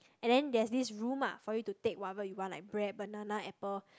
and then there's this room ah for you to take whatever you want like bread banana apple